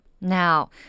Now